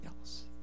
else